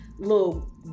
Little